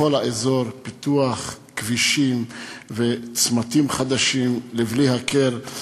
בכל האזור: פיתוח כבישים וצמתים חדשים לבלי הכר.